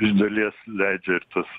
iš dalies leidžia ir tas